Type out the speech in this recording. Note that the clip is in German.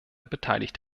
beteiligt